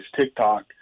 TikTok